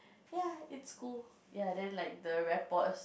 ya it's cool ya then like the rapport is